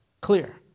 Clear